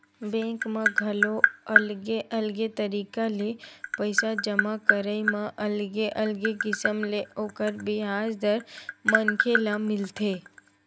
bank म घलो अलगे अलगे तरिका ले पइसा जमा करई म अलगे अलगे किसम ले ओखर बियाज दर मनखे ल मिलथे